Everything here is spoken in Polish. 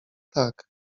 tak